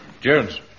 Jones